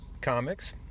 comics